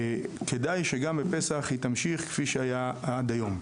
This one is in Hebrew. כדאי שגם בפסח היא תמשיך כפי שהיה עד היום.